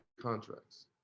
contracts